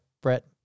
Brett